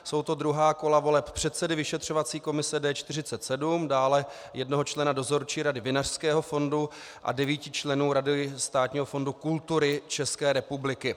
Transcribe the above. Jsou to druhá kola voleb předsedy vyšetřovací komise D47, dále jednoho člena Dozorčí rady Vinařského fondu a devíti členů Rady Státního fondu kultury České republiky.